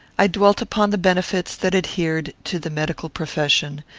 i dwelt upon the benefits that adhered to the medical profession,